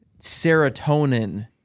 serotonin